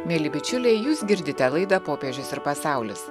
mieli bičiuliai jūs girdite laidą popiežius ir pasaulis